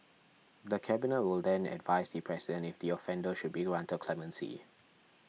the Cabinet will then advise the President if the offender should be granted clemency